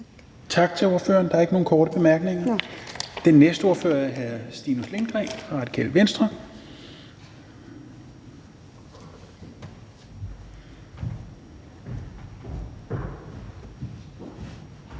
Tak til ordføreren. Der er ikke nogen korte bemærkninger. Den næste ordfører er hr. Stinus Lindgreen fra Radikale Venstre.